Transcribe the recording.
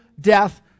death